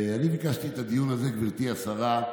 אני ביקשתי את הדיון הזה, גברתי השרה,